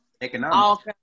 economics